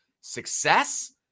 success